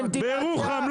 בירוחם,